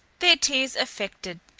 their tears affected.